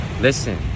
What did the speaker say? Listen